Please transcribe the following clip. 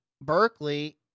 Berkeley